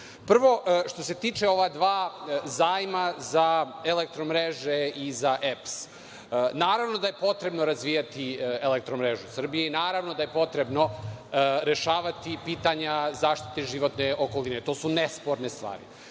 njih. Prvo, što se tiče ova dva zajma za Elektromreže i za EPS. Naravno, da je potrebno razvijati „Elektromrežu Srbije“ i naravno da je potrebno rešavati pitanja zaštite životne okoline. To su nesporne stvari.